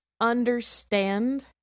understand